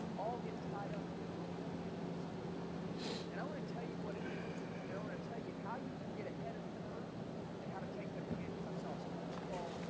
all get tied up in the golden handcuffs in there and i want to tell you what it is and i'm going to tell you how you can get ahead of the curve and how to take them handcuffs off so first of all,